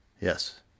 Yes